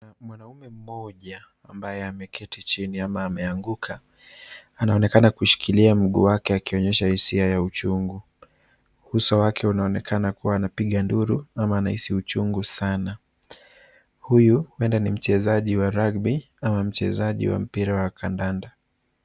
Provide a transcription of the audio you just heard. Mwanaume mmoja ambaye ameketi chini ama ameanguka, anaonekana kushikilia mguu wake akionyesha hisia ya uchungu. Uso wake unaonekana kuwa anapiga nduru ama anahisi uchungu sana. Huenda huyu ni mchezaji wa rugby au mchezaji wa mpira wa kandanda.